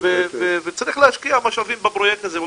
וצריך להשקיע משאבים בפרויקט הזה,